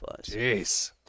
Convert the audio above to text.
Jeez